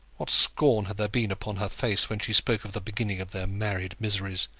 what scorn had there been upon her face when she spoke of the beginning of their married miseries!